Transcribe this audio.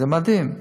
זה מדהים.